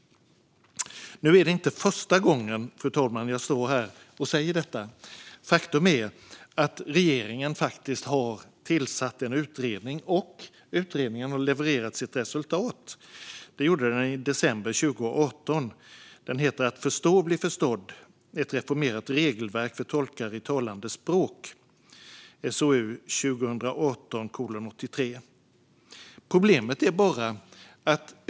Nu är det inte första gången jag står här och säger detta. Faktum är att regeringen har tillsatt en utredning, och den utredningen har levererat sitt resultat. Det gjorde den i december 2018. Den heter Att förstå och bli förstå dd - ett reformerat regelverk för tolkar i talade språk , SOU 2018:83.